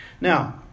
Now